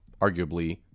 arguably